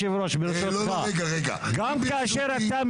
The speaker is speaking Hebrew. זה יהיה גם יהודה ושומרון וגם --- ווליד טאהא